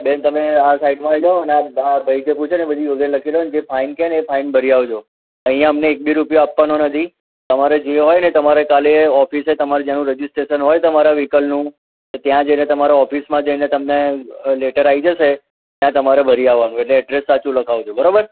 હા બેન તમે આ સાઇડમાં આઈ જાવ અને આ આ ભઈ જે પૂછે ને બધી વિગત લખી લોને જે ફાઇન કે ને એ ફાઇન ભરી આવજો અહિયાં અમને એક બી રૂપીયો આપવાનો નથી તમારે જે હોયને એ તમારે કાલે ઓફિસે તમાર જેનું રજીસ્ટ્રેશન હોય તમારા વિહીકલનું એ ત્યાં જઈને તમારો ઓફિસમાં જઈને તમને લેટર આવી જશે ત્યાં તમારે ભરી આવવાનું એડ્રૈસ સાચું લખાવજો બરોબર